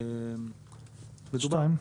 (2)